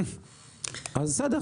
בסדר,